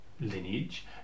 lineage